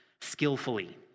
skillfully